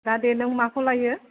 दा दे नों माखौ लायो